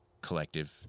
collective